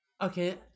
Okay